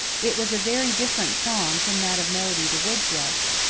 it was a very different song from that of melody the wood thrush,